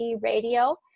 Radio